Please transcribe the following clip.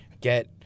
get